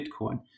Bitcoin